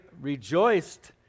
rejoiced